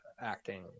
acting